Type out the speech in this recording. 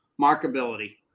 markability